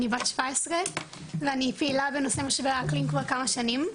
אני בת 17 ואני פעילה בנושא משבר האקלים כבר כמה שנים.